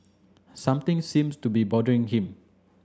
something seems to be bothering him